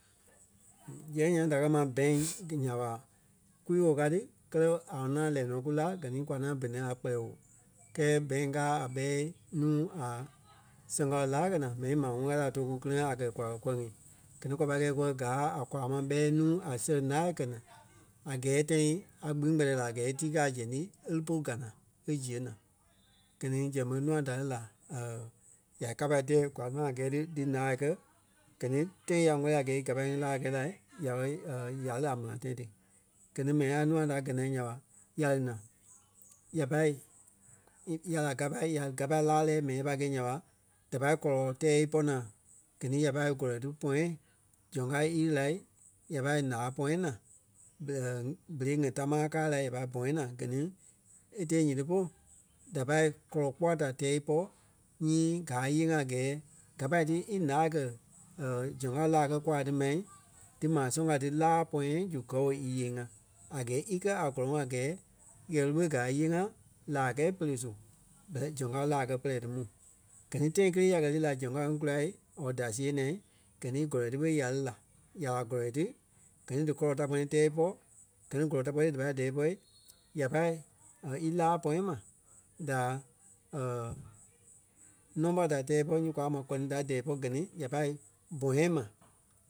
Zɛŋ nyaŋ da kɛ́ ma bank nya ɓa kwii-woo kaa ti kɛlɛ a ŋaŋ lɛ́ɛ nɔ ku lá gɛ ni kwa ŋaŋ bene a kpɛlɛɛ woo. Kɛɛ bank káa a gbɛɛ nuu a sɛŋ kao laa kɛ̀ naa mɛni maa ŋuŋ káa ti a too kú kili-ŋa a kɛ̀ kwa kɛ. Gɛ ni kwa pai kɛ̂i kúwɔ gáa a kwaa ma ɓɛi nuu a sɛŋ laa kɛ̀ naa a gɛɛ tãi a gbîŋ kpɛtɛ la a gɛɛ e tɛɛ kɛ́ a zɛŋ ti e lí polu gana e ziɣe naa. Gɛ ni zɛŋ ɓé nûa da lí la ya íkapa tɛɛ kwa ti ma a gɛɛ dí- dí laa kɛ gɛ ni tãi ya ŋwɛ́li a gɛɛ í gapai ŋí laa kɛ lai nya ɓe ya lí a maa tãi ti. Gɛ ni mɛni ŋai nûa da gɛ naa nya ɓa ya lí naa, ya pâi i- ya lí a gapai ya li gapai laa lɛɛ mɛni ya pai gɛi nya ɓa, da pâi kɔlɔ tɛɛ ípɔ naa gɛ ni ya pâi kɔlɔi ti pɔ̃yɛ soŋ kao íli lai ya pâi láa pɔ̃yɛ na berei ŋai tamaa káa lai ya pai bɔ̃yɛ naa gɛ ni e tée nyiti polu da pâi kɔlɔ kpua da tɛɛ ípɔ nyii gaa íyee-ŋa a gɛɛ gapai ti ílaa kɛ̀ zɛŋ kao laa kɛ kwaa ti ma dí maa soŋ kao ti láa pɔ̃yɛ zu gɔɔ íyee-ŋa. A gɛɛ í káa a gɔ́lɔŋɔɔ a gɛɛ ɣɛlu ɓé gaa íyee-ŋa la kɛɛ pere su ɓɛlɛ soŋ kao laa kɛ̀ pɛrɛ ti mu. Gɛ ni tãi kélee ya kɛ̀ lii lai zɛŋ kao ŋí kulai or da siɣe naa gɛ ni gɔlɔi ti ɓé ya lí la. Nya ɓa gɔlɔi ti gɛ ni dí kɔlɔ da kpɛ́ni tɛɛ ípɔ, gɛ ni gɔlɔi ta kpɛ́ni da pâi tɛɛ ípɔ ya pâi or í láa pɔ̃yɛ ma da number da tɛɛ ípɔ nyii kwa kɛ́ ma kɔni da dɛɛ ípɔ gɛ ni ya pâi bɔ̃yɛ ma.